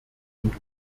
und